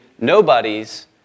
nobodies